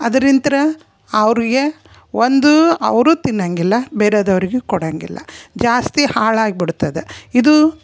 ಅದರಿಂತ ಅವರಿಗೆ ಒಂದು ಅವರೂ ತಿನ್ನಂಗಿಲ್ಲ ಬೇರೆಯವ್ರಿಗೂ ಕೊಡಂಗಿಲ್ಲ ಜಾಸ್ತಿ ಹಾಳಾಗಿ ಬಿಡ್ತದೆ ಇದು